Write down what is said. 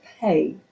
pay